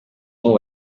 n’ubu